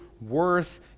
worth